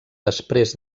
després